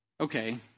Okay